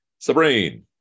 Sabrine